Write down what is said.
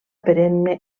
perenne